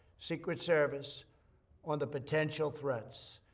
secret service on the potential threats.